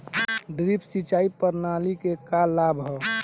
Drip सिंचाई प्रणाली के का लाभ ह?